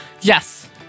Yes